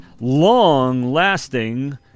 long-lasting